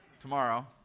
Tomorrow